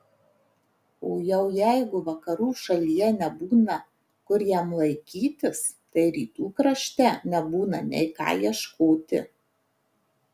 o jau jeigu vakarų šalyje nebūna kur jam laikytis tai rytų krašte nebūna nei ką ieškoti